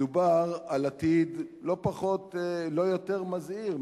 מדובר על עתיד לא יותר מזהיר,